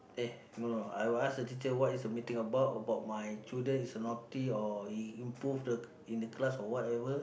eh no no I'll ask the teacher what is the meeting about about my children is a naughty or he improve the in the class or whatever